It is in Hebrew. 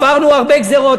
עברנו הרבה גזירות,